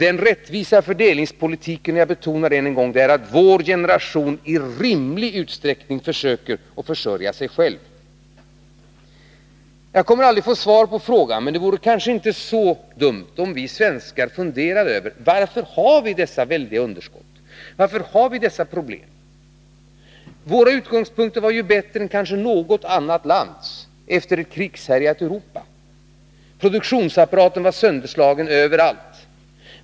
En rättvis fördelningspolitik — jag betonar det än en gång — innebär att vår generation i rimlig utsträckning försöker försörja sig själv. Jag kommer aldrig att få svar på frågan, men det vore kanske inte så dumt om vi svenskar något funderade över varför vi har så väldiga underskott och dessa problem. Vårt lands utgångspunkt var ju bättre än kanske något annat lands i ett krigshärjat Europa, där produktionsapparaten var sönderslagen överallt.